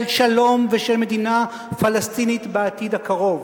שלום ושל מדינה פלסטינית בעתיד הקרוב.